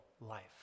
life